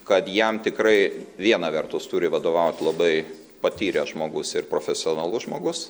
kad jam tikrai viena vertus turi vadovaut labai patyręs žmogus ir profesionalus žmogus